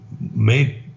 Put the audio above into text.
made